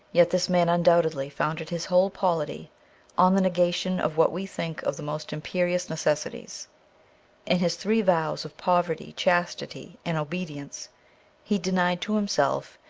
yet this man undoubtedly founded his whole polity on the negation of what we think of the most imperious necessities in his three vows of poverty, chastity, and obedience he denied to himself,